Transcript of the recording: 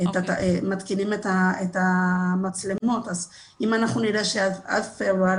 את המצלמות , אם אנחנו נראה שעד פברואר